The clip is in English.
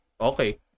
Okay